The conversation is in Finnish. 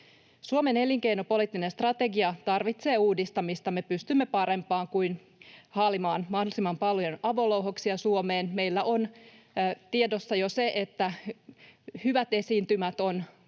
Suomen elinkeinopoliittinen strategia tarvitsee uudistamista. Me pystymme parempaan kuin haalimaan mahdollisimman paljon avolouhoksia Suomeen. Meillä on tiedossa jo se, että hyvät esiintymät on